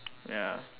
ya